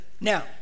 Now